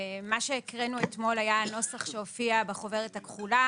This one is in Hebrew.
מה שהקראנו אתמול היה הנוסח שהופיע בחוברת הכחולה